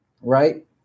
Right